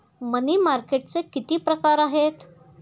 मनी मार्केटचे किती प्रकार आहेत?